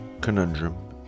Conundrum